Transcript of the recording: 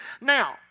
Now